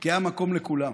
כי היה מקום לכולם,